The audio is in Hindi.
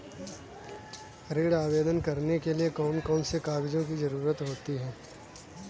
ऋण आवेदन करने के लिए कौन कौन से कागजों की जरूरत होती है?